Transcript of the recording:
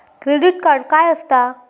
Credit card काय असता?